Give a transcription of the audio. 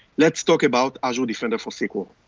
let's talk about azure defender for sql.